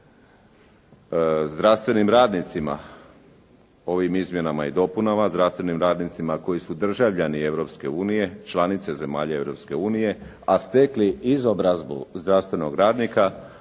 zdravstvenim radnicima koji su državljani Europske unije, članice zemalja Europske unije, a stekli izobrazbu zdravstvenog radnika